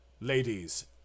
Ladies